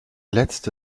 letzte